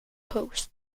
posts